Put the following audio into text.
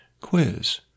quiz